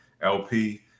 LP